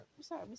Sorry